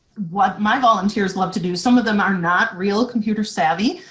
what my volunteers love to do, some of them are not real computer savvy,